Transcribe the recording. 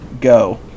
go